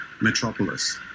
Metropolis